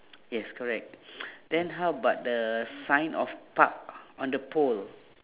yes correct then how about the sign of park on the pole